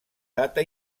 data